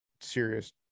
serious